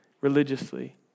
religiously